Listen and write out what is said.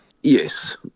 Yes